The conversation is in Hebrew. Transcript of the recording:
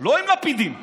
לא עם לפידים בוערים,